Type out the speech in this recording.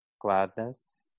gladness